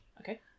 okay